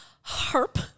HARP